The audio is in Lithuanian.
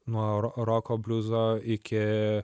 nuo ro roko bliuzo iki